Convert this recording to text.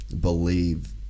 believe